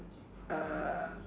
uh